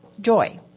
joy